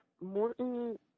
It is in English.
Morton